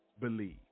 believe